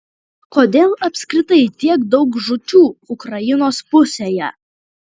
kodėl apskritai tiek daug žūčių ukrainos pusėje